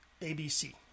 ABC